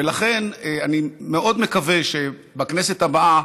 ולכן אני מאוד מקווה שבכנסת הבאה,